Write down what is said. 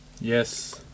Yes